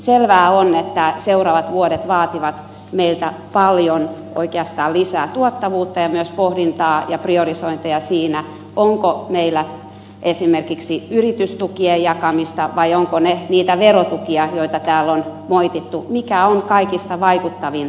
selvää on että seuraavat vuodet vaativat meiltä paljon oikeastaan lisää tuottavuutta ja myös pohdintaa ja priorisointeja siinä onko meillä esimerkiksi yritystukien jakamista vai ovatko ne niitä verotukia joita täällä on moitittu mitkä ovat kaikista vaikuttavin konsti